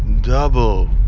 double